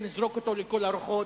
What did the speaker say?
ונזרוק אותו לכל הרוחות,